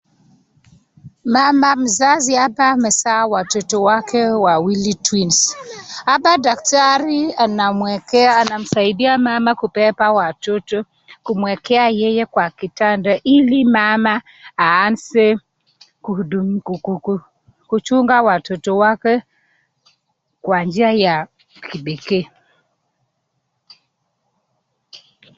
Mama mzazi hapa amezaa watoto wake wawili twins . Hapa daktari anamsaidia mama kubeba watoto kumwekea yeye kwa kitanda ili mama aanze kuchunga watoto wake kwa njia ya kipekee.